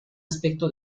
aspecto